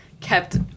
kept